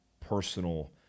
personal